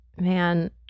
man